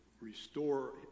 restore